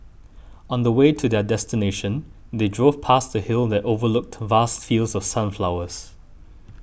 on the way to their destination they drove past a hill that overlooked vast fields of sunflowers